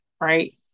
right